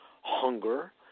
hunger